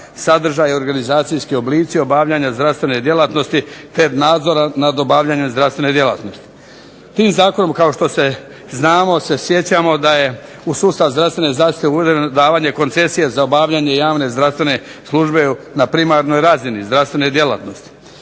sadržaj, organizacijski oblici obavljanja zdravstvene djelatnosti te nadzora nad obavljanjem zdravstvene djelatnosti. Tim zakonom kao što znamo, se sjećamo da je u sustav zdravstvene zaštite uvedeno davanje koncesije za obavljanje javne zdravstvene službe na primarnoj razini, zdravstvene djelatnosti.